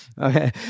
Okay